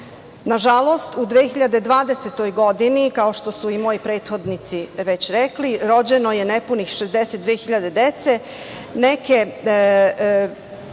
u 2020. godini, kao što su i moji prethodnici već rekli, rođeno je nepunih 62 hiljade dece.